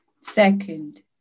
Second